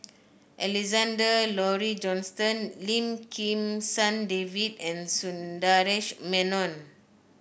Alexander Laurie Johnston Lim Kim San David and Sundaresh Menon